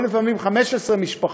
או לפעמים 15 משפחות,